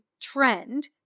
trend